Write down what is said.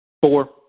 Four